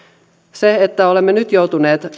se että olemme nyt joutuneet